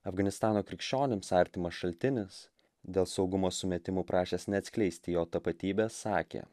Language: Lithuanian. afganistano krikščionims artimas šaltinis dėl saugumo sumetimų prašęs neatskleisti jo tapatybės sakė